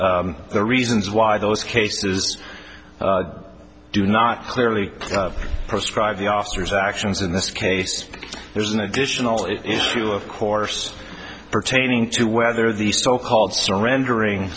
and the reasons why those cases do not clearly prescribe the officer's actions in this case there's an additional issue of course pertaining to whether the so called surrendering